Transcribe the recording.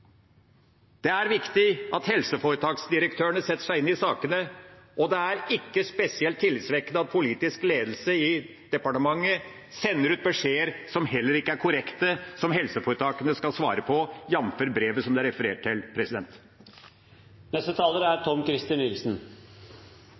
Det er viktig at helseforetaksdirektørene setter seg inn i sakene. Og det er ikke spesielt tillitvekkende at politisk ledelse i departementet sender ut beskjeder som heller ikke er korrekte, som helseforetakene skal svare på, jf. brevet som det er referert fra. I dag er